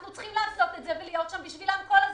אנחנו צריכים לעשות את זה ולהיות בשבילם כל הזמן,